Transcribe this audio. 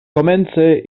komence